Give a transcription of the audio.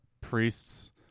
priests